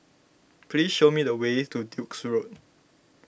please show me the way to Duke's Road